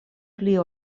pli